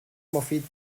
مفید